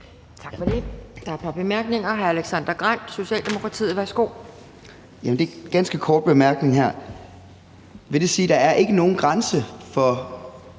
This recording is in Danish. Tak for det. Der er et par bemærkninger. Hr. Alexander Grandt, Socialdemokratiet. Værsgo. Kl. 12:46 Alexander Grandt (S): Det er en ganske kort bemærkning. Vil det sige, at der ikke er nogen grænse for